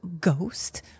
Ghost